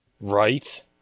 Right